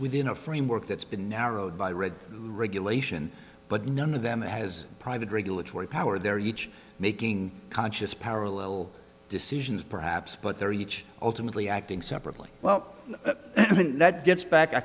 within a framework that's been narrowed by red regulation but none of them has private regulatory power they're each making conscious parallel decisions perhaps but they're each ultimately acting separately well that gets back i